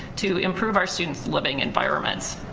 to improve our students' living environments.